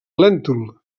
lèntul